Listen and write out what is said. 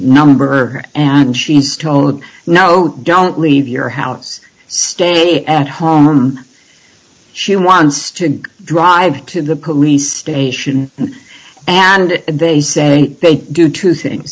number and she's told no don't leave your house stay at home she wants to drive to the police station and they say they do two thing